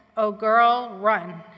oh, girl, run.